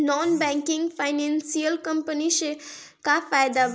Non banking financial company से का फायदा बा?